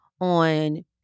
on